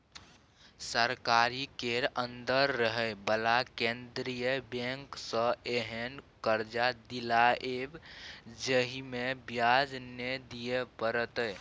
सरकारी केर अंदर रहे बला केंद्रीय बैंक सँ एहेन कर्जा दियाएब जाहिमे ब्याज नै दिए परतै